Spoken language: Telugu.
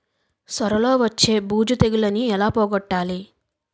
సొర లో వచ్చే బూజు తెగులని ఏల పోగొట్టాలి?